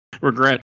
regret